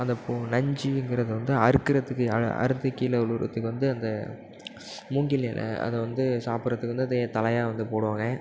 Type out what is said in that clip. அந்த பூ நஞ்சுங்கிறத வந்து அறுக்கிறதுக்கு அ அறுத்து கீழே விழுவுறதுக்கு வந்து அந்த மூங்கில் இல அதை வந்து சாப்பிட்றதுக்கு வந்து தழையாக வந்து போடுவாங்க